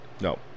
no